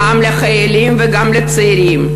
גם לחיילים וגם לצעירים,